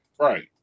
right